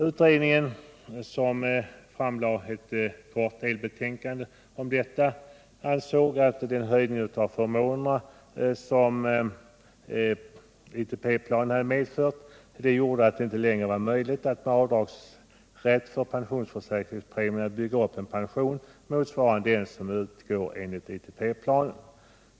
Utredningen, som framlade ett kort delbetänkande om detta, ansåg att den höjning av förmånerna som ITP-planen medfört gjorde att det inte längre var möjligt att med gällande avdragsrätt för pensionsförsäkringspremier bygga upp en pension motsvarande den som utgår enligt ITP-planen.